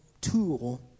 tool